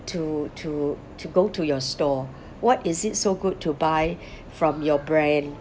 to to to go to your store what is it so good to buy from your brand